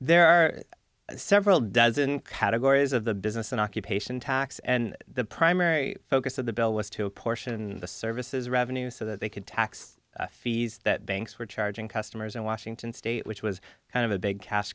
there are several dozen categories of the business and occupation tax and the primary focus of the bill was to apportion the services revenue so that they could tax fees that banks were charging customers in washington state which was kind of a big cash